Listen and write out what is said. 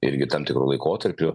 irgi tam tikru laikotarpiu